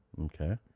Okay